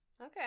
Okay